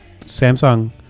Samsung